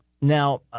Now